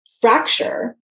fracture